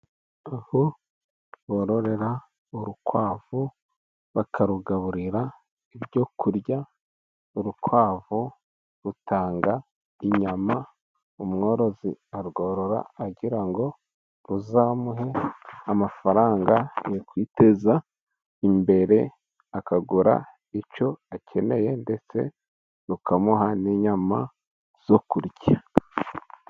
Uko borora urukwavu, bakarugaburira ibyo kurya, urukwavu rutanga inyama. Umworozi arworora agira ngo ruzamuhe amafaranga yo kwiteza imbere, akagura icyo akeneye, ndetse rukamuha n'inyama zo kurya.